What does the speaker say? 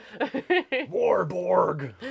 Warborg